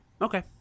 Okay